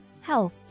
health